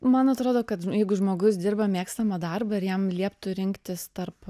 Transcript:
man atrodo kad jeigu žmogus dirba mėgstamą darbą ir jam lieptų rinktis tarp